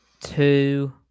two